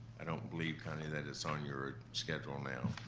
i don't believe currently that it is on your schedule now.